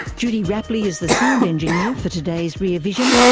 judy rapley is the sound engineer for today's rear vision.